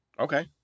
Okay